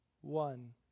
one